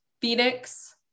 Phoenix